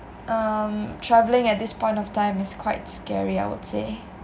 um travelling at this point of time is quite scary I would say